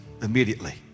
immediately